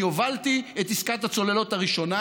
אני הובלתי את עסקת הצוללות הראשונה.